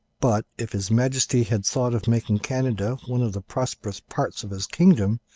but if his majesty had thought of making canada one of the prosperous parts of his kingdom,